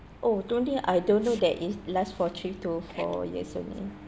oh don't think I don't know that is last for three to four years only